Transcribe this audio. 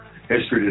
History